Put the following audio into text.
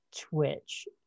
Twitch